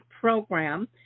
program